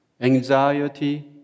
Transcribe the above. anxiety